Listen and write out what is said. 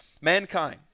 mankind